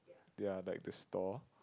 ya like the stall